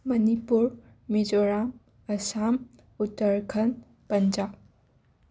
Manipur Mizoram Assam Uttarakhand Punjab